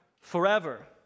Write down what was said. forever